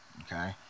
Okay